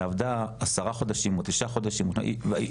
היא עבדה עשרה חודשים או תשעה חודשים והיא